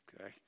okay